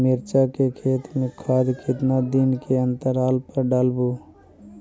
मिरचा के खेत मे खाद कितना दीन के अनतराल पर डालेबु?